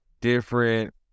different